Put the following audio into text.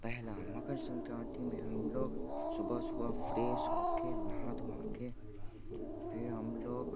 पहला मकर संक्रांति में हम लोग सुबह सुबह फ्रेश होके नहा धो के फिर हम लोग